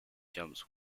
jumps